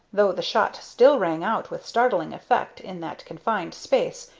though the shot still rang out with startling effect in that confined space,